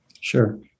Sure